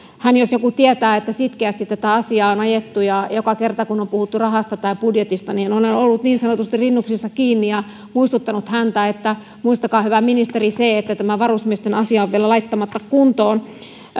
hän jos joku tietää että sitkeästi tätä asiaa on ajettu ja joka kerta kun on puhuttu rahasta tai budjetista olen ollut niin sanotusti rinnuksissa kiinni ja muistuttanut häntä muistakaa hyvä ministeri se että tämä varusmiesten asia on vielä laittamatta kuntoon